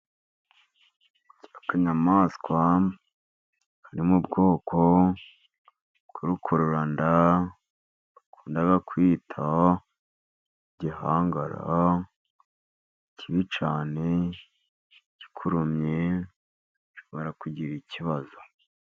Akanyamaswa kari mu bwoko bw’urukururanda, bakunda kwita igihangara. Ni kibi cyane, kikurumye ushobora kugira ikibazo.